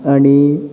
आनी